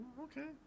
Okay